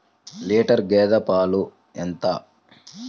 Litre గేదె పాలు ఎంత?